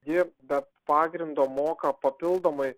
ji be pagrindo moka papildomai